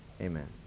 Amen